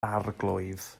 arglwydd